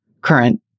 current